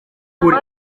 ukuri